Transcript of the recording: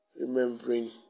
Remembering